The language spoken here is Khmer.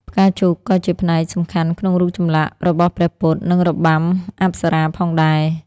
ផ្កាឈូកក៏ជាផ្នែកសំខាន់ក្នុងរូបចម្លាក់របស់ព្រះពុទ្ធ និងរបាំអប្សរាផងដែរ។